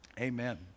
Amen